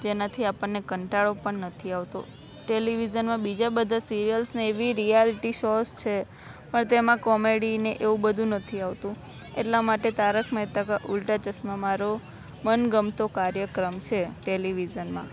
જેનાથી આપણને કંટાળો પણ નથી આવતો ટેલિવિઝનમાં બીજા બધા સીરીઅલ્સને ને રિયાલિટી શોઝ છે પણ તેમાં કોમેડીને એવું બધું નથી આવતું એટલા માટે તારક મેહતા કા ઉલ્ટા ચશ્મા મારો મનગમતો કાર્યક્રમ છે ટેલિવિઝનમાં